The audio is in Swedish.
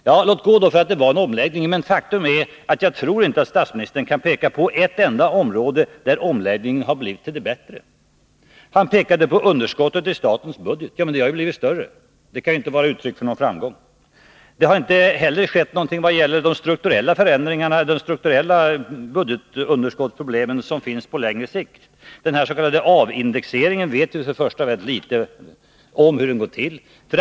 Ja, låt gå för att det var en omläggning, men jag tror inte att statsministern kan peka på ett enda område där omläggningen har blivit till det bättre. Han pekade på underskottet i statens budget — men det har ju blivit större. Det kan alltså inte vara något uttryck för en framgång. Det kan inte heller ha skett något när det gäller de strukturella budgetunderskottsproblemen på längre sikt. Beträffande den s.k. avindexeringen vet vi för det första mycket litet om hur den kommer att utformas.